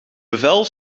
bevel